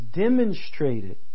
demonstrated